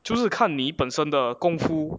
就是看你本身的功夫